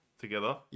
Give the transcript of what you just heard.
together